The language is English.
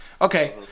Okay